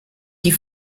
die